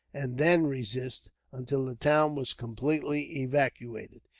and then resist until the town was completely evacuated,